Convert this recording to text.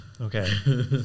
Okay